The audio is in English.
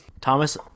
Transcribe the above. Thomas